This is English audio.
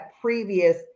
previous